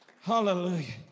Hallelujah